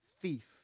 thief